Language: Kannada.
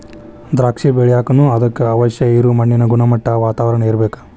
ದ್ರಾಕ್ಷಿ ಬೆಳಿಯಾಕನು ಅದಕ್ಕ ಅವಶ್ಯ ಇರು ಮಣ್ಣಿನ ಗುಣಮಟ್ಟಾ, ವಾತಾವರಣಾ ಇರ್ಬೇಕ